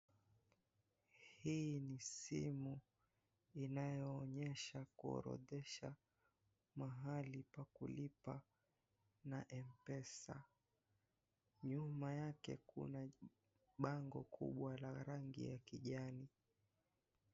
Hii ni simu inayoonyesha kuorodhesha mahali pa kulipa na mpesa. Nyuma yake kuna cs(bangle) kubwa la rangi ya kijani.